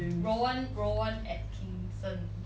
Rowan Rowan Atkinson